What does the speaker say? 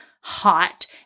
hot